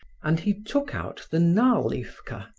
and he took out the nalifka,